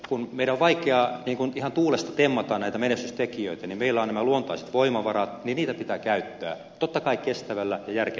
kun meidän on vaikeaa ihan tuulesta temmata näitä menestystekijöitä ja meillä on nämä luontaiset voimavarat niin niitä pitää käyttää totta kai kestävällä ja järkevällä tavalla